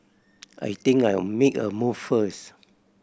I think I'll make a move first